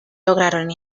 lograron